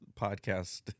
podcast